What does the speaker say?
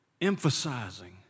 emphasizing